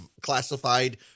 classified